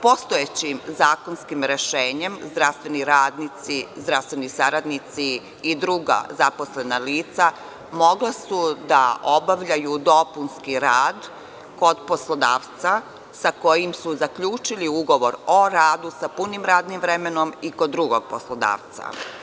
Postojećim zakonskim rešenjem zdravstveni radnici, zdravstveni saradnici i druga zaposlena lica mogla su da obavljaju dopunski rad kod poslodavca sa kojim su zaključili ugovor o radu sa punim radnim vremenom i kod drugog poslodavca.